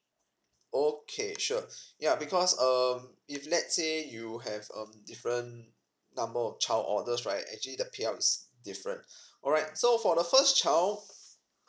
okay sure yup because um if let's say you have um different number of child orders right actually the payouts is different alright so for the first child